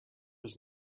was